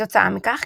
כתוצאה מכך,